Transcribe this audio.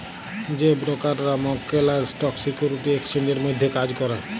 যে ব্রকাররা মক্কেল আর স্টক সিকিউরিটি এক্সচেঞ্জের মধ্যে কাজ ক্যরে